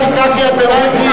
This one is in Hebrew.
תקרא קריאת ביניים,